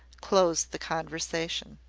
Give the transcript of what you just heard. closed the conversation.